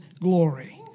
glory